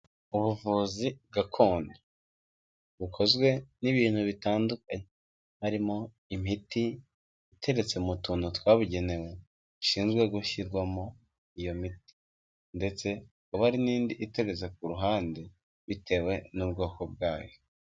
Ubuvuzi gakondo bukozwe n'ibintu bitandukanye, harimo imiti iteretse mu tuntu twabugenewe dushinzwe gushyirwamo iyo miti ndetse hakaba hari n'indi iteretse ku ruhande bitewe n'ubwoko bwayo.